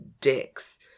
dicks